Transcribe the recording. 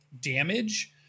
damage